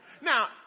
Now